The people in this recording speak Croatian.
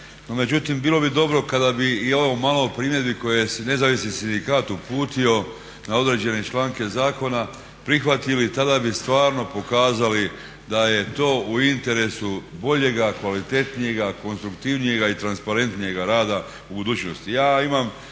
međutim, bilo bi dobro kada bi i ovo malo primjedbi koje je nezavisni sindikat uputio na određene članke zakona prihvatili, tada bi stvarno pokazali da je to u interesu boljega, kvalitetnijega, konstruktivnijega i transparentnijega rada u budućnosti.